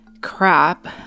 crap